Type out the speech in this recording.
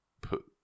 put